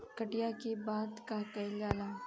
कटिया के बाद का कइल जाला?